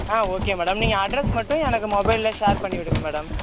okay madam நீங்கள் address மட்டும் எனக்கு மொபைலில் ஷேர் பண்ணிவிடுங்கள் மேடம்